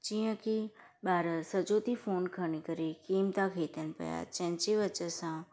जीअं की ॿार सॼो ॾींहुं फ़ोन खणी करे गेम था खेॾनि पिया जंहिंजी वजह सां